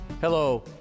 Hello